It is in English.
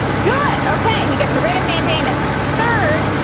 good. okay he gets a writ of mandamus. third,